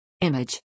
Image